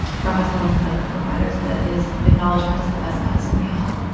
for hospitals and medical providers that is, acknowledgment is the best medicine we have.